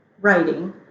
writing